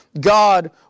God